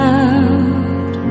out